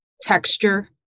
texture